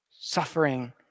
Suffering